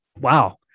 Wow